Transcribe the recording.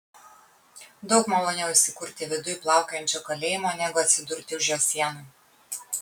daug maloniau įsikurti viduj plaukiančiojo kalėjimo negu atsidurti už jo sienų